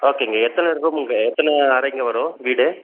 ஓகேங்க எத்தன ரூமுங்க எத்தனை அறைங்க வரும் வீடு